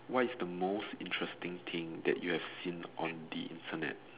what is the most interesting thing that you have seen on the Internet